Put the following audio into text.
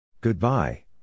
Goodbye